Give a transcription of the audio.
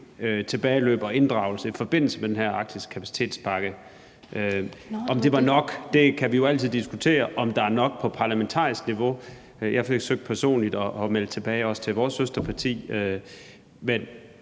tilbageløb og inddragelse i forbindelse med den her Arktis Kapacitetspakke. Om det var nok, kan vi jo altid diskutere, altså om der er nok på parlamentarisk niveau. Jeg forsøgte også personligt at vende tilbage til vores søsterparti. Men